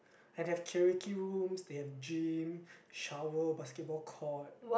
and have karaoke rooms they have gym shower basketball court